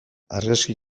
argazki